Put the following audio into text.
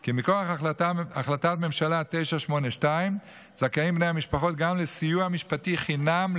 כי מכוח החלטת הממשלה 982 זכאים בני המשפחות גם לסיוע משפטי חינם,